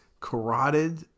carotid